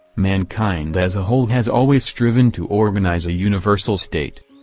mankind as a whole has always striven to organize a universal state.